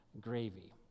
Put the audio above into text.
gravy